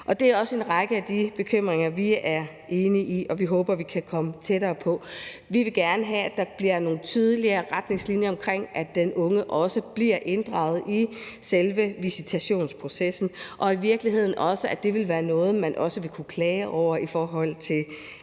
Det er også en række af de bekymringer, vi er enige i, og vi håber, vi kan komme tættere på. Vi vil gerne have, at der bliver nogle tydeligere retningslinjer om, at den unge også bliver inddraget i selve visitationsprocessen, og i virkeligheden også, at det vil være noget, man vil kunne klage over til